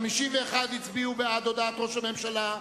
51 הצביעו בעד הודעת ראש הממשלה,